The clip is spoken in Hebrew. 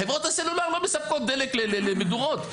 חברות הסלולר לא מספקות דלק למדורות.